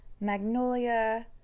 Magnolia